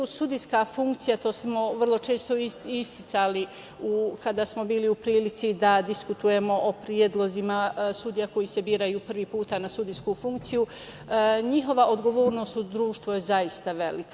Sudijska funkcija, to smo vrlo često isticali kada smo bili u prilici da diskutujemo o predlozima sudija koji se biraju prvi put na sudijsku funkciju, njihova odgovornost u društvu je zaista velika.